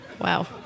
Wow